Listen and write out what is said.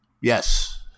Yes